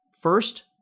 first